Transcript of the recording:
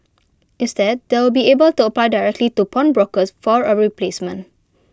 instead they will be able to apply directly to pawnbrokers for A replacement